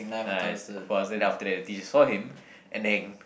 nice of course then after that the teacher saw him and then